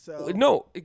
No